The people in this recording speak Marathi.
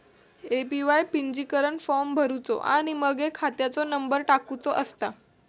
ए.पी.वाय पंजीकरण फॉर्म भरुचो आणि मगे खात्याचो नंबर टाकुचो असता